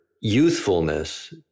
youthfulness